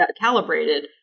calibrated